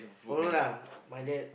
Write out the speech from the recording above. no lah my dad